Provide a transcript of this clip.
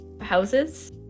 houses